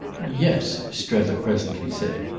yes, strether presently said.